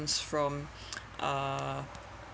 is from uh